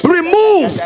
Remove